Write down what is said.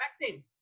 expecting